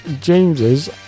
James's